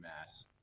Mass